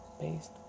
based